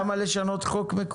למה לשנות חוק?